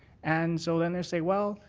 and so then they say well,